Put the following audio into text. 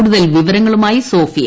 കുടുതൽ വിവരങ്ങളുമായി സ്യോഫിയ